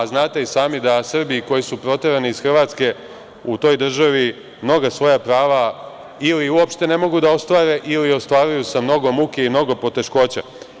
Znate i sami da Srbi koji su proterani iz Hrvatske u toj državi mnoga svoja prava ili uopšte ne mogu da ostvare ili ostvaruju sa mnogo muke i mnogo poteškoća.